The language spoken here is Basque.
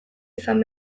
izan